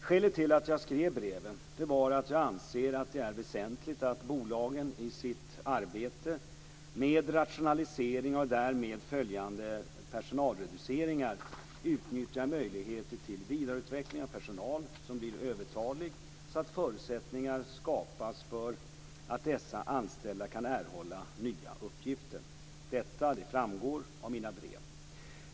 Skälet till att jag skrev breven var att jag anser att det är väsentligt att bolagen i sitt arbete med rationaliseringar och därmed följande personalreduceringar utnyttjar möjligheter till vidareutveckling av personal som blir övertalig så att förutsättningar skapas för att dessa anställda kan erhålla nya uppgifter. Detta framgår av mina brev.